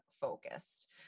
focused